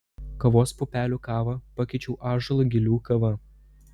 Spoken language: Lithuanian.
kavos pupelių kavą pakeičiau ąžuolo gilių kava